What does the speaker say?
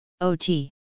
ot